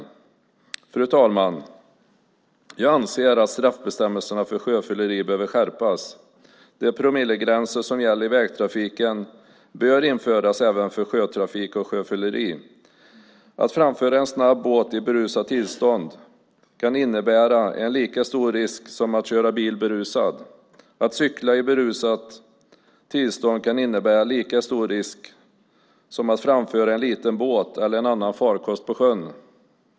Fru talman! Jag anser att straffbestämmelserna för sjöfylleri behöver skärpas. De promillegränser som gäller för vägtrafiken bör införas även för sjötrafik och sjöfylleri. Att framföra en snabb båt i berusat tillstånd kan innebära en lika stor risk som att köra bil berusad. Att cykla i berusat tillstånd kan innebära lika stor risk som att framföra en liten båt eller annan farkost på sjön.